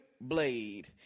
Blade